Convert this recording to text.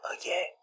again